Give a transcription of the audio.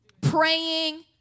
praying